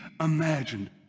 imagined